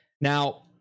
Now